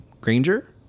Granger